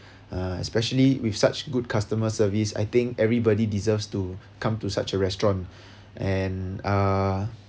uh especially with such good customer service I think everybody deserves to come to such a restaurant and uh